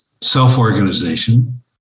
self-organization